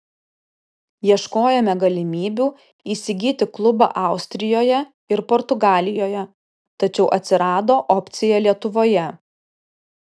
ieškojome galimybių įsigyti klubą austrijoje ir portugalijoje tačiau atsirado opcija lietuvoje